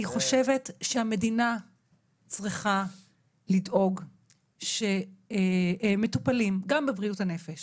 אני חושבת שהמדינה צריכה לדאוג שמטופלים גם בבריאות הנפש